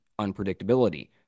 unpredictability